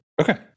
Okay